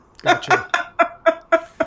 Gotcha